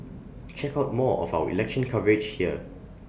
check out more of our election coverage here